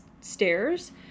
stairs